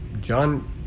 John